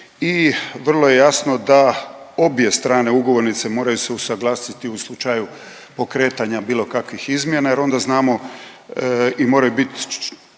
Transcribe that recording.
i vrlo je jasno da obje strane ugovornice moraju se usuglasiti u slučaju pokretanja bilo kakvih izmjena jer onda znamo i moraju biti